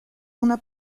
una